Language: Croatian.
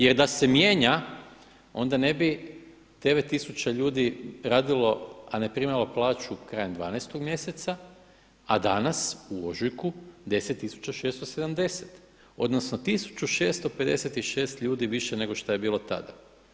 Jer da se mijenja onda ne bi 9000 ljudi radilo a ne primalo plaću krajem 12 mjeseca a danas u ožujku 10670, odnosno 1656 ljudi više nego što je bilo tada.